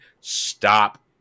Stop